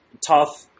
tough